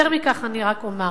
יותר מכך, אני רק אומר